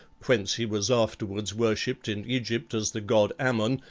whence he was afterwards worshipped in egypt as the god ammon,